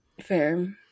fair